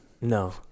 No